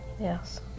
Yes